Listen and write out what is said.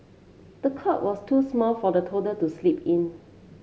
the cot was too small for the toddler to sleep in